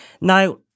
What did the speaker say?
Now